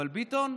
אבל ביטון,